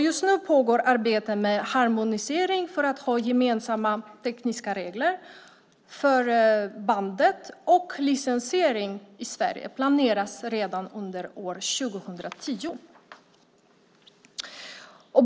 Just nu pågår arbete med harmonisering för att ha gemensamma tekniska regler för bandet, och licensiering i Sverige planeras redan under år 2010.